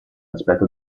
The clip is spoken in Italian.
aspetto